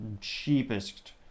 cheapest